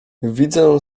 widzę